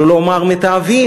שלא לומר מתעבים,